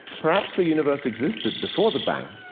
perhaps the universe existed before the bang,